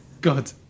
god